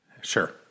Sure